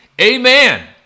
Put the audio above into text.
Amen